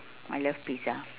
I love pizza